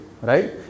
right